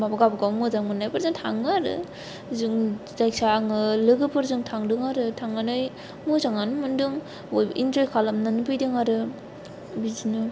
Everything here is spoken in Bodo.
गाबागाव मोजां मोन्नायफोरजों थाङो आरो जों जायखिया आङो लोगोफोरजों थांदों आरो थांनानै मोजाङानो मोनदों इन्जय खालामनानै फैदों आरो बिदिनो